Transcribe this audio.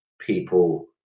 people